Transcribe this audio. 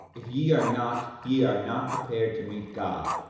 if ye are not ye are not prepared to meet god.